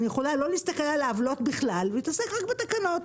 אני יכולה לא להסתכל על העוולות בכלל ולהתעסק רק בתקנות.